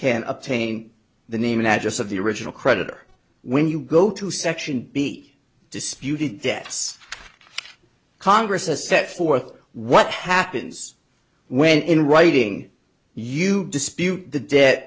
can obtain the name imagist of the original creditor when you go to section b disputed debts congress has set forth what happens when in writing you dispute the debt